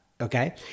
Okay